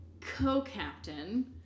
Co-Captain